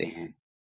pump से